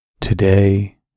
Today